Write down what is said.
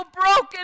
broken